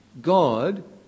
God